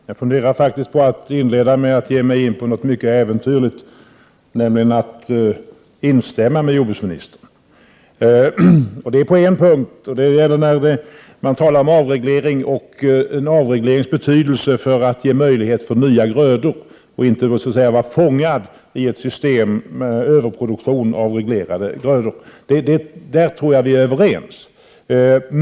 Herr talman! Jag funderar faktiskt på att inledningsvis ge mig in på något mycket äventyrligt, nämligen att instämma med jordbruksministern. Det gäller på den punkt han talar om avregleringen och dess betydelse för odling av nya grödor. Vi skall inte vara fångar i ett system med överproduktion av reglerade grödor. På den punkten tror jag att vi är överens.